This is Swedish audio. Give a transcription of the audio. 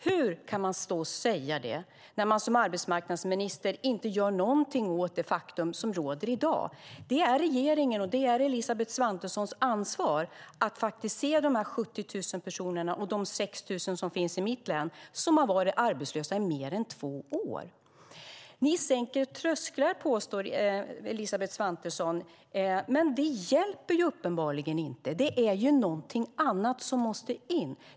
Hur kan man stå och säga det när man som arbetsmarknadsminister inte gör någonting åt det faktum som råder i dag? Det är regeringens och Elisabeth Svantessons ansvar att faktiskt se de här 70 000 personerna och de 6 000 som finns i mitt län, som har varit arbetslösa i mer än två år. Ni sänker trösklar, påstår Elisabeth Svantesson. Men det hjälper uppenbarligen inte. Det är någonting annat som måste in.